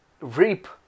reap